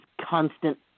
constant